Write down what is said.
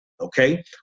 okay